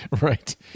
right